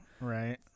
Right